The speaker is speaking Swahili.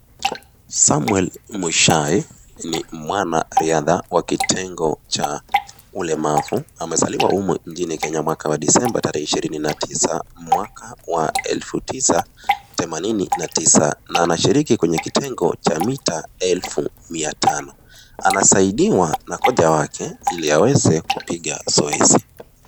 Samuel Mushai ni mwanariadha wa kitengo cha ulemavu. Amezaliwa humu nchini Kenya mwaka wa Desemba tarehe ishirini na tisa mwaka wa elfu tisa themanini na tisa na anashiriki kwenye kitengo cha mita elfu mia tano. Anasaidiwa na kocha wake ili aweze kupiga zoezi.